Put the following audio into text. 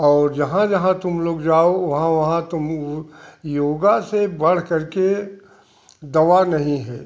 और जहाँ जहाँ तुम लोग जाओ वहाँ वहाँ तुम योग से बढ़कर के दवा नहीं है